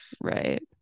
Right